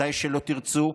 מתי שתרצו,